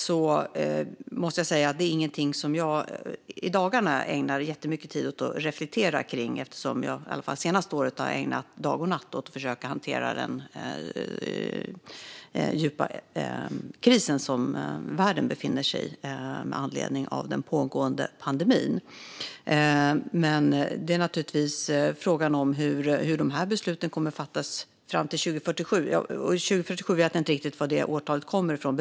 Det är ingenting som jag i dagarna ägnar jättemycket tid åt reflektera över eftersom jag det senaste året har ägnat dag och natt åt att försöka hantera den djupa krisen som världen befinner sig i med anledning av den pågående pandemin. Frågan är hur dessa beslut kommer att fattas fram till 2047. Jag vet egentligen inte varifrån det årtalet kommer från.